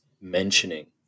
mentioning